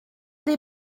des